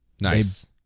Nice